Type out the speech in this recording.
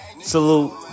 Salute